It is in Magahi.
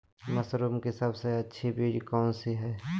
मशरूम की सबसे अच्छी बीज कौन सी है?